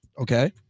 Okay